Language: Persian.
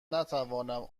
نتوانم